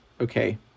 Okay